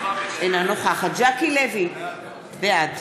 אינה נוכחת ז'קי לוי, בעד